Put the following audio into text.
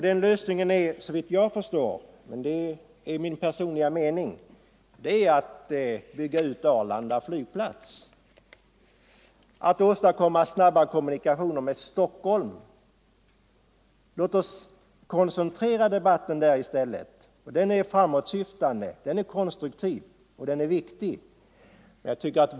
Den lösningen är såvitt jag förstår — men det är min personliga mening — att bygga ut Arlanda flygplats och åstadkomma snabba kommunikationer med Stockholm. Låt oss koncentrera debatten dit i stället, för den debatten är framåtsyftande, den är konstruktiv och den är viktig.